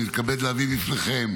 אני מתכבד להביא בפניכם,